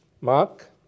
Mark